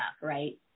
right